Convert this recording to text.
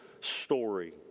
story